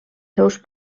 seus